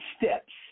steps